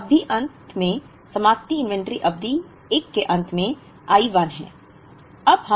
अब अवधि के अंत में समाप्ति इन्वेंटरी अवधि 1 के अंत में I 1 है